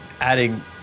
adding